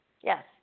Yes